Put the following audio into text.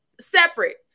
separate